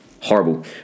horrible